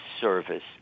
service